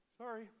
sorry